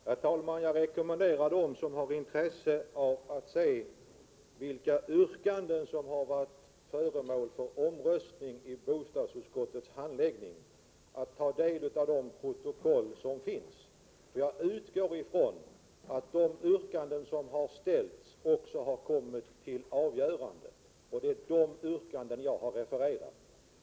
Herr talman! Jag rekommenderar dem som har intresse av att se vilka yrkanden som har varit föremål för omröstning i bostadsutskottets handläggning att ta del av de protokoll som finns. Jag utgår från att de yrkanden som har ställts också har kommit till avgörande. Det är dessa yrkanden jag har refererat.